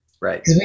right